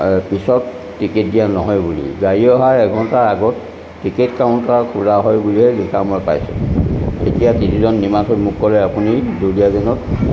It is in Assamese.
পিছত টিকেট দিয়া নহয় বুলি গাড়ী অহাৰ এঘণ্টাৰ আগত টিকেট কাউণ্টাৰ খোলা হয় বুলিহে লিখা মই পাইছোঁ এতিয়া টিটিজন নিমাত হৈ মোক ক'লে আপুনি ডুলিয়াজানত